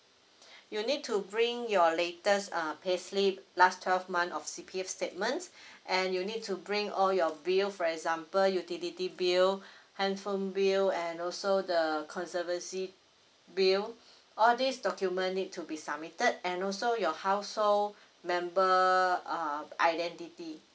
you need to bring your latest err payslip last twelve month of CPF statements and you need to bring all your bill for example utility bill handphone bill and also the conservancy bill all this document need to be submitted and also your household member err identity